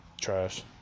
trash